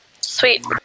Sweet